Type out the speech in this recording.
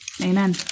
Amen